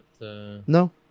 No